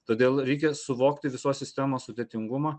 todėl reikia suvokti visos sistemos sudėtingumą